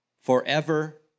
forever